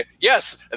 yes